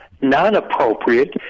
non-appropriate